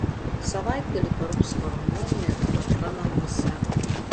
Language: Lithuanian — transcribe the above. savaitgalį parūps harmonija ir tvarka namuose